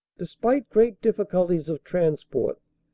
despite great difficulties of transport,